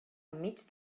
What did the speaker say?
enmig